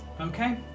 okay